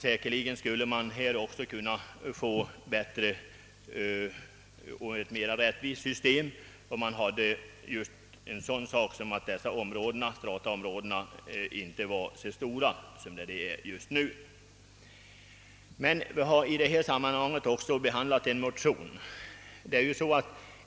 Säkerligen skulle man här kunna få ett bättre och mera rättvist system, om strataområdena inte var så stora som de är nu. Vi har i detta sammanhang också behandlat en motion.